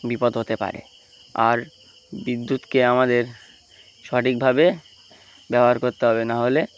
বিপদ হতে পারে আর বিদ্যুৎকে আমাদের সঠিকভাবে ব্যবহার করতে হবে নাহলে